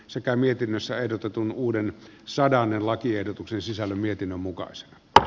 sekä mietinnössä ehdotetun uuden sadannen lakiehdotuksen sisällön mietinnön mukaan sen r